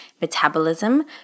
metabolism